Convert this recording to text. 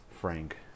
Frank